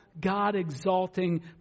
God-exalting